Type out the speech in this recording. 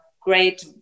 great